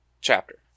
chapter